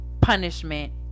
punishment